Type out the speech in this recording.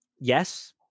yes